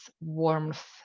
warmth